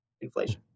inflation